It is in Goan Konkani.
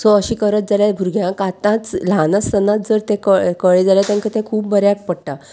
सो अशें करत जाल्यार भुरग्यांक आतांच ल्हान आसतनाच जर तें कळ कळ्ळें जाल्यार तांकां तें खूब बऱ्याक पडटा